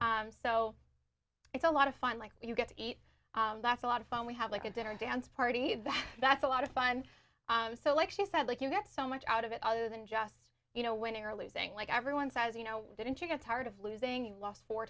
t so it's a lot of fun like you get to eat that's a lot of fun we have like a dinner dance party that's a lot of fun so like she said like you get so much out of it other than just you know winning or losing like everyone says you know didn't you get tired of losing you lost four